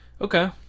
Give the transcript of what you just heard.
Okay